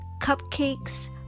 cupcakes